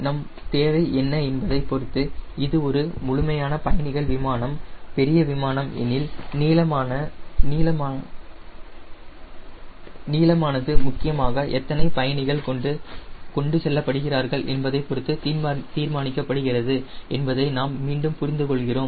நம் தேவை என்ன என்பதைப் பொருத்து இது ஒரு முழுமையான பயணிகள் விமானம் பெரிய விமானம் எனில் நீளமானது முக்கியமாக எத்தனை பயணிகள் கொண்டு செல்லப்படுகிறார்கள் என்பதை பொருத்து தீர்மானிக்கப்படுகிறது என்பதை நாம் மீண்டும் புரிந்து கொள்கிறோம்